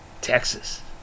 Texas